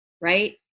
right